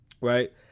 Right